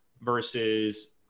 versus